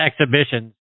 exhibitions